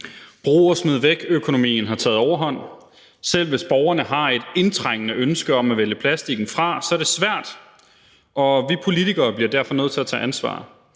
Brug og smid væk-økonomien har taget overhånd. Selv hvis borgerne har et indtrængende ønske om at vælge plastiken fra, er det svært, og vi politikere bliver derfor nødt til at tage ansvar.